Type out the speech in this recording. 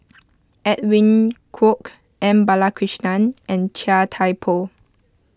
Edwin Koek M Balakrishnan and Chia Thye Poh